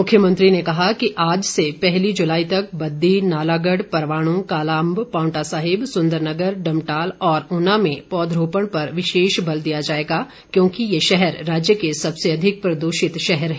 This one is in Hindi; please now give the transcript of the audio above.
मुख्यमंत्री ने कहा कि आज से पहली जुलाई तक बद्दी नालागढ़ परवाणु कालाअम्ब पांवटा साहिब सुंदर नगर डम्टाल और ऊना में पौधरोपण पर विशेष बल दिया जाएगा क्योंकि ये शहर राज्य के सबसे अधिक प्रदूषित शहर हैं